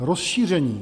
Rozšíření.